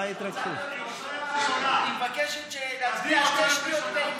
היא מבקשת להיות ראשונה.